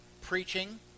preaching